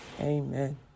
Amen